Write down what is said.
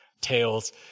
tales